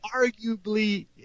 Arguably